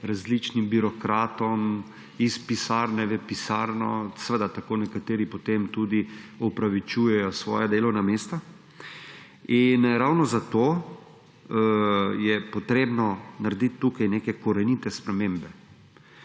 različnim birokratom, iz pisarne v pisano, seveda tako nekateri potem tudi opravičujejo svoja delovna mesta, in ravno zato je potrebno narediti tukaj neke korenite spremembe.